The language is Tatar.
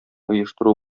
оештыру